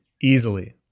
easily